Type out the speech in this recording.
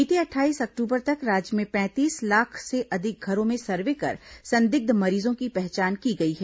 बीते अट्ठाईस अक्टूबर तक राज्य में पैंतीस लाख से अधिक घरों में सर्वे कर संदिग्ध मरीजों की पहचान की गई है